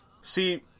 See